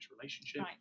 relationship